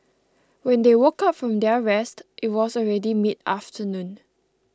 when they woke up from their rest it was already midafternoon